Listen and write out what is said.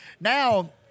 Now